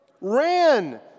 ran